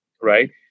right